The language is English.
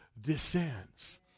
descends